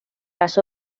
las